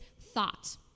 thought